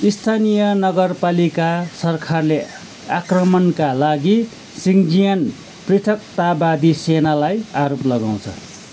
स्थानीय नगरपालिका सरकारले आक्रमणका लागि सिनजियाङ पृथकतावादी सेना लाई आरोप लगाउँछ